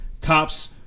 cops